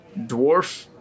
dwarf